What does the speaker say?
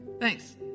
Thanks